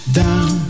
down